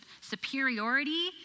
superiority